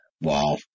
Wow